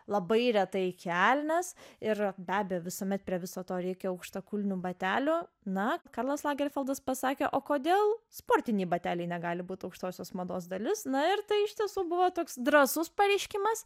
labai retai kelnes ir be abejo visuomet prie viso to reikia aukštakulnių batelių na karlas lagerfeldas pasakė o kodėl sportiniai bateliai negali būt aukštosios mados dalis na ir tai iš tiesų buvo toks drąsus pareiškimas